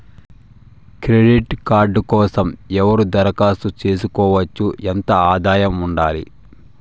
Credit card కోసం ఎవరు దరఖాస్తు చేసుకోవచ్చు? ఎంత ఆదాయం ఉండాలి?